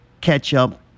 ketchup